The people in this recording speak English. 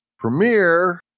premiere